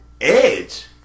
Edge